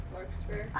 Larkspur